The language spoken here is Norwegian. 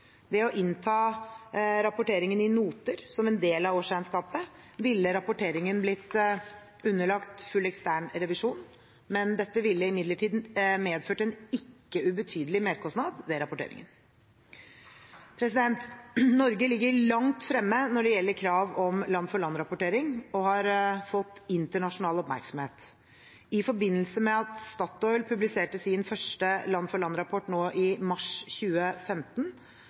Ved å innta rapporteringen i noter som en del av årsregnskapet ville rapporteringen blitt underlagt full ekstern revisjon. Dette ville imidlertid medført en ikke ubetydelig merkostnad ved rapporteringen. Norge ligger langt fremme når det gjelder krav om land-for-land-rapportering, og har fått internasjonal oppmerksomhet. I forbindelse med at Statoil publiserte sin første land-for-land-rapport i mars 2015,